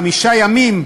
חמישה ימים,